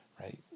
right